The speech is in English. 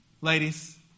Ladies